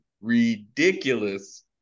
ridiculous